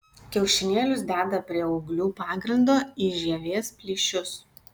kiaušinėlius deda prie ūglių pagrindo į žievės plyšius